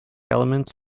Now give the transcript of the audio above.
elements